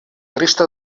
resta